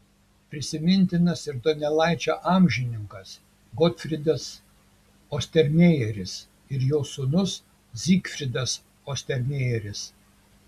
prisimintinas ir donelaičio amžininkas gotfrydas ostermejeris ir jo sūnus zygfridas ostermejeris